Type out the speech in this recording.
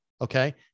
okay